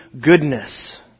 goodness